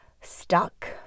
stuck